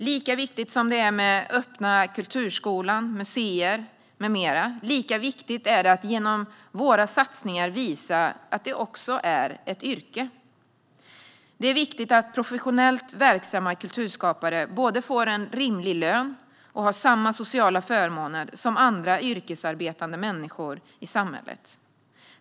Lika viktigt som det är att öppna kulturskolan, museer med mera är det att genom våra satsningar visa att konst också är ett yrkesområde. Det är viktigt att professionellt verksamma kulturskapare både får en rimlig lön och har samma sociala förmåner som andra yrkesarbetande människor i samhället.